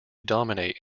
dominate